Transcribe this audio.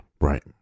Right